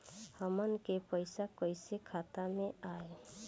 हमन के पईसा कइसे खाता में आय?